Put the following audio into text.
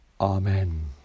Amen